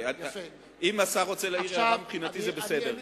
אם השר רוצה להעיר הערה, מבחינתי זה בסדר.